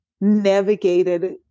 navigated